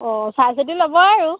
অঁ চাই চিতি ল'ব আৰু